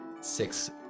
six